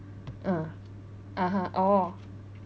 ah (uh huh) oh